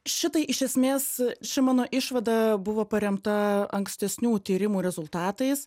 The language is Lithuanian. šitai iš esmės ši mano išvada buvo paremta ankstesnių tyrimų rezultatais